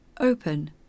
open